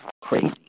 crazy